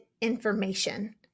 information